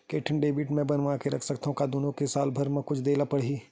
के ठन डेबिट मैं बनवा रख सकथव? का दुनो के साल भर मा कुछ दे ला पड़ही?